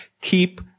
Keep